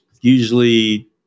usually